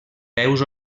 peus